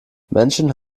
menschen